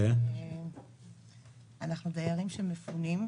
אנחנו דיירים שמפונים.